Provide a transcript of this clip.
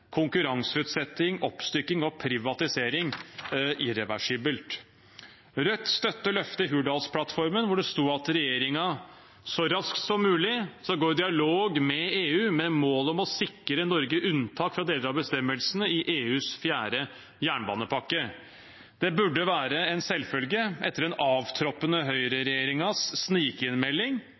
konkurranseutsetting, oppstykking og privatisering irreversibelt. Rødt støtter løftet i Hurdalsplattformen, hvor det står at regjeringen så raskt som mulig skal «gå i dialog med EU med mål om å sikre Norge unntak fra deler av bestemmelsene i EUs fjerde jernbanepakke». Det burde være en selvfølge etter den avtroppende høyreregjeringens snikinnmelding,